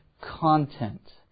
content